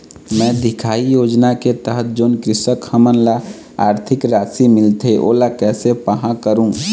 मैं दिखाही योजना के तहत जोन कृषक हमन ला आरथिक राशि मिलथे ओला कैसे पाहां करूं?